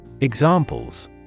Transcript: Examples